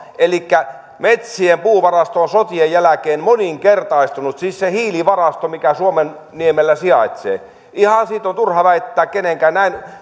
elikkä metsien puuvarasto on sotien jälkeen moninkertaistunut siis se hiilivarasto mikä suomenniemellä sijaitsee siitä on ihan turha väittää kenenkään